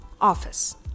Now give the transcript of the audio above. office